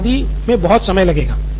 समीक्षा आदि बहुत समय लेगा